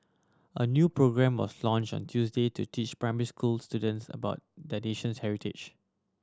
a new programme was launched on Tuesday to teach primary school students about the nation's heritage